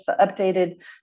updated